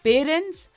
Parents